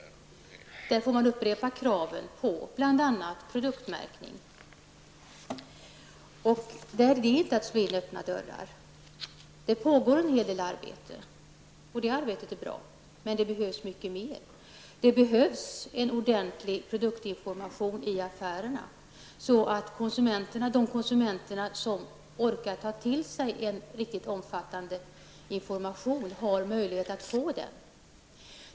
Därför får man upprepa kraven på bl.a. produktmärkning. Det är inte att slå in öppna dörrar. Det pågår en hel del arbete, och det är bra. Men det behövs mycket mer. Det behövs en ordentlig produktinformation i affärerna så att konsumenterna som orkar ta till sig en omfattande information har möjlighet att få den.